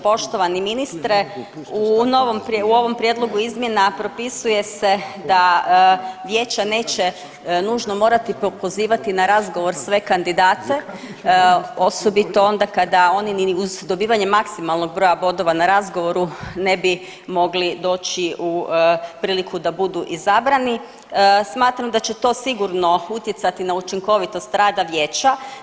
Poštovani ministre, u ovom prijedlogu izmjena propisuje se da vijeća neće nužno morati pozivati na razgovor sve kandidate, osobito onda kada oni ni uz dobivanje maksimalnog broja bodova na razgovoru ne bi mogli doći u priliku da budu izabrani, smatram da će to sigurno utjecati na učinkovitost rada vijeća.